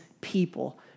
people